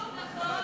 תוציא אותו.